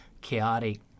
chaotic